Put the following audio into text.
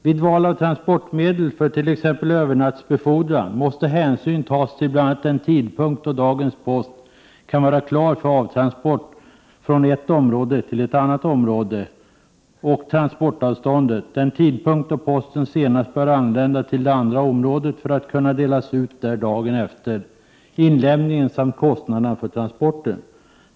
”Vid val av transportmedel för t.ex. övernattbefordran måste hänsyn tas till bl.a. den tidpunkt då dagens post kan vara klar för avtransport från ett område till ett annat område, transportavståndet, den tidpunkt då posten senast bör anlända till det andra området för att kunna delas ut där dagen efter inlämningen samt kostnaderna för transporten.